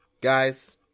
guys